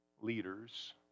leaders